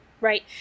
Right